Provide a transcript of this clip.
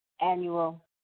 annual